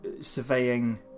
surveying